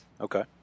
Okay